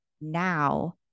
now